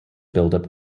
buildup